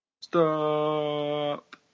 Stop